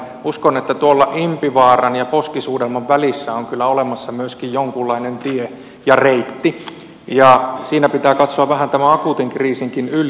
uskon että tuolla impivaaran ja poskisuudelman välissä on kyllä olemassa myöskin jonkunlainen tie ja reitti ja siinä pitää katsoa vähän tämän akuutin kriisinkin yli